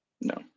no